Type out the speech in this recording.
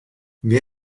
wer